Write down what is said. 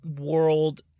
world